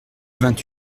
vingt